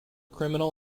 criminal